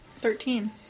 thirteen